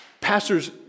pastors